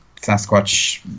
Sasquatch